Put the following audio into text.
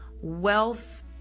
wealth